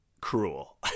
cruel